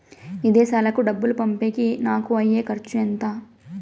విదేశాలకు డబ్బులు పంపేకి నాకు అయ్యే ఖర్చు ఎంత?